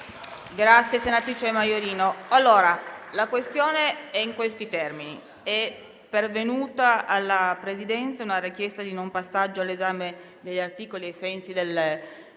Senatrice Maiorino, la questione è in questi termini: è pervenuta alla Presidenza una richiesta di non passaggio all'esame degli articoli ai sensi dell'articolo